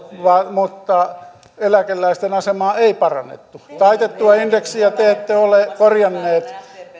eläkeläisten asemaa ei parannettu taitettua indeksiä te ette ole korjanneet vuoden kaksituhattayksitoista